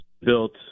built